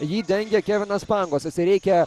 jį dengia kevinas pangosas ir reikia